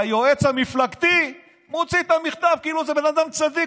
והיועץ המפלגתי מוציא את המכתב כאילו זה בן אדם צדיק,